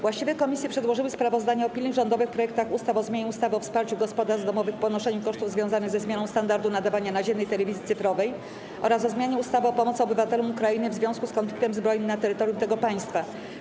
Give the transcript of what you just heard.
Właściwe komisje przedłożyły sprawozdania o pilnych rządowych projektach ustaw: - o zmianie ustawy o wsparciu gospodarstw domowych w ponoszeniu kosztów związanych ze zmianą standardu nadawania naziemnej telewizji cyfrowej, - o zmianie ustawy o pomocy obywatelom Ukrainy w związku z konfliktem zbrojnym na terytorium tego państwa.